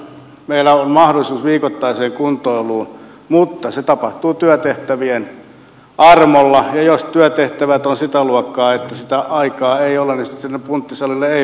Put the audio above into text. meillä on mahdollisuus viikoittaiseen kuntoiluun mutta se tapahtuu työtehtävien armoilla ja jos työtehtävät ovat sitä luokkaa että sitä aikaa ei ole niin sitten sinne punttisalille ei voi mennä